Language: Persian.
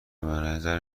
بنظر